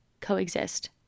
coexist